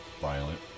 violent